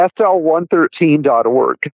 SL113.org